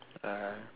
uh